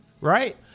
right